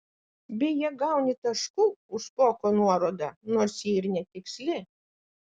beje gauni taškų už špoko nuorodą nors ji ir netiksli